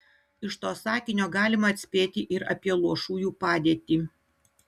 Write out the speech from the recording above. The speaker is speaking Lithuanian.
iš to sakinio galima atspėti ir apie luošųjų padėtį